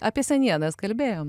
apie senienas kalbėjom